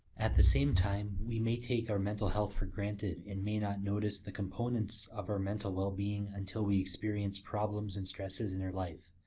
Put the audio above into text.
at the same time, we may take our mental health for granted and may not notice the components of our mental well-being until we experience problems and stresses and in life.